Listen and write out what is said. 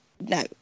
no